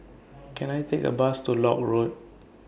Can I Take A Bus to Lock Road